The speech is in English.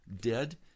dead